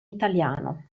italiano